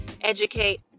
educate